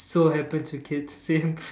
so happens with kids same